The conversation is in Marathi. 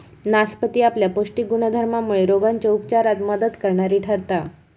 नासपती आपल्या पौष्टिक गुणधर्मामुळे रोगांच्या उपचारात मदत करणारी ठरता